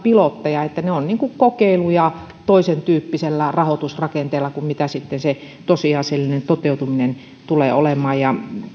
edes pilotteja ne ovat kokeiluja toisentyyppisellä rahoitusrakenteella kuin mitä sitten se tosiasiallinen toteutuminen tulee olemaan